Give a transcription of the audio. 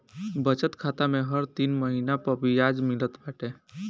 बचत खाता में हर तीन महिना पअ बियाज मिलत बाटे